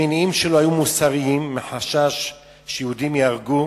המניעים שלו היו מוסריים, מחשש שיהודים ייהרגו,